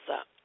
up